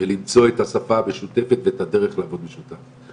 ולמצוא את השפה המשותפת ואת הדרך לעבוד במשותף.